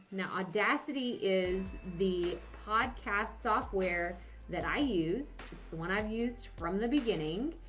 now, audacity is the podcast software that i use. it's the one i've used from the beginning.